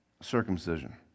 circumcision